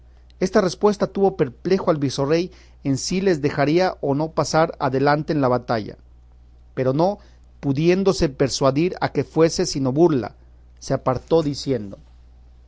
esta respuesta tuvo perplejo al visorrey en si les dejaría o no pasar adelante en la batalla pero no pudiéndose persuadir a que fuese sino burla se apartó diciendo